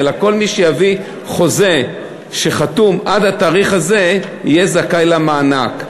אלא כל מי שיביא חוזה שחתום עד התאריך הזה יהיה זכאי למענק,